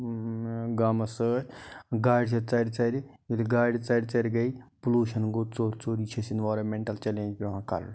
گامَس سۭتۍ گاڑِ چھےٚ ژَرِ ژَرِ ییٚلہِ گاڑِ ژَرِ ژَرِ گٔے پٕلوٗشَن گوٚو ژوٚر ژوٚر یہِ چھِ اَسہِ اِنوارَمٮ۪نٛٹَل چٮ۪لینٛج پٮ۪وان کَرُن